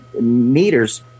meters